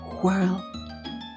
whirl